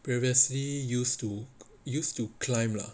previously used to used to used to climb lah